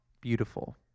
Beautiful